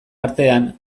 artean